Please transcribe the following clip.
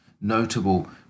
Notable